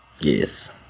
Yes